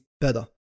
better